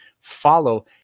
follow